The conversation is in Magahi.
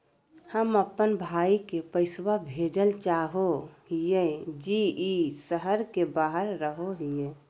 हम अप्पन भाई के पैसवा भेजल चाहो हिअइ जे ई शहर के बाहर रहो है